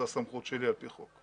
זו הסמכות שלי על פי חוק.